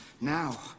Now